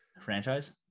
Franchise